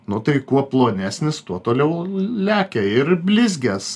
nu tai kuo plonesnis tuo toliau l lekia ir blizgės